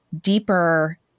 deeper